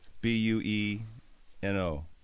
B-U-E-N-O